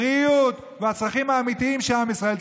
בריאות והצרכים האמיתיים של עם ישראל,